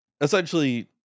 Essentially